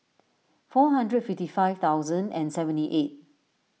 four hundred fifty five thousand and seventy eight